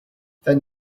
then